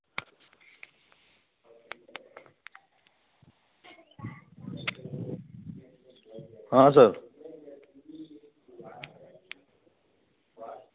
हाँ सर